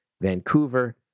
Vancouver